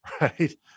right